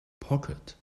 pocket